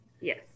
Yes